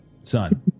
son